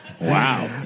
Wow